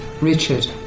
Richard